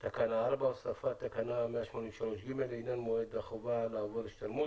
1. תקנה 4 (הוספת תקנה 183ג - לעניין מועד החובה לעבור השתלמות);